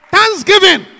Thanksgiving